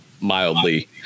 mildly